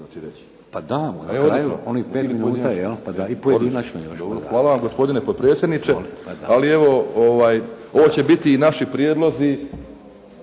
Pa da. Na kraju, onih 5 minuta. **Grubišić, Boro (HDSSB)** Dobro hvala vam gospodine potpredsjedniče, ali evo ovo će biti i naši prijedlozi